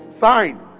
sign